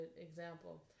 example